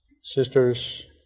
Sisters